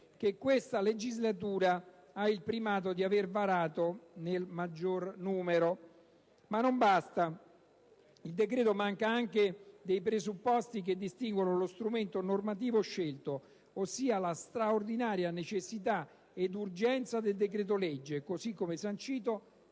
che questa legislatura ha il primato di aver varato nel maggior numero. Ma non basta: il decreto manca anche dei presupposti che distinguono lo strumento normativo scelto, ossia la straordinaria necessità ed urgenza del decreto legge, così come sancito